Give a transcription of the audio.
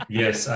yes